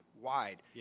wide